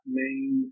main